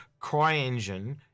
CryEngine